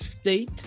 state